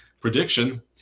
Prediction